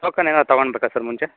ಹೋಗ್ತಾನೆ ಏನಾದ್ರು ತೊಗೊಳ್ಬೇಕಾ ಸರ್ ಮುಂಚೆ